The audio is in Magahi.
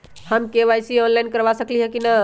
हम के.वाई.सी ऑनलाइन करवा सकली ह कि न?